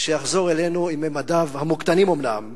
שיחזור אלינו עם ממדיו, המוקטנים, אומנם,